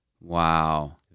wow